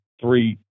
three